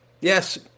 Yes